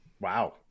wow